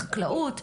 חקלאות?